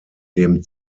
dem